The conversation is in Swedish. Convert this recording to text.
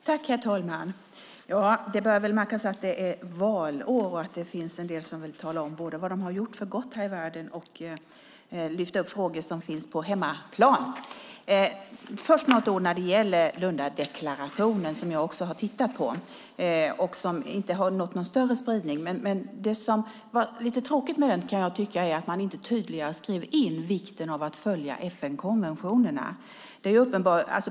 Herr talman! Ja, det börjar väl märkas att det är valår och att det finns en del som vill tala om både vad de har gjort för gott här i världen och lyfta upp frågor som finns på hemmaplan. Först ska jag säga något ord om Lundadeklarationen, som jag också har tittat på och som inte har någon större spridning. Det som var lite tråkigt med den kan jag tycka är att man inte tydligare skrev in vikten av att följa FN-konventionerna.